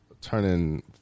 turning